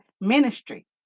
ministry